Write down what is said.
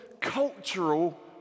cultural